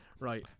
Right